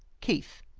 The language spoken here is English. keith.